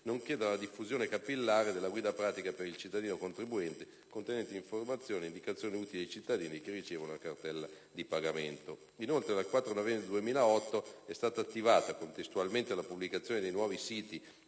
nonché della diffusione capillare della guida pratica per il cittadino-contribuente, contenente informazioni e indicazioni utili ai cittadini che ricevono una cartella di pagamento. Inoltre, dal 4 novembre 2008 è stata attivata, contestualmente alla pubblicazione dei nuovi siti